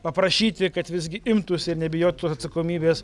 paprašyti kad visgi imtųsi ir nebijotų atsakomybės